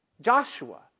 Joshua